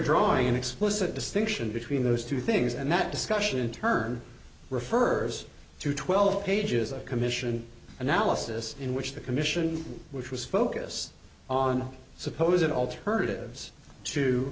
drawing an explicit distinction between those two things and that discussion in turn refers to twelve pages a commission analysis in which the commission which was focused on supposing alternatives to